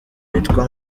bitwa